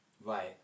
Right